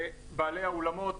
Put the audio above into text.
בעלי האולמות